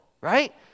right